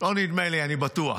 לא נדמה לי, אני בטוח